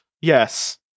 Yes